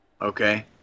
...okay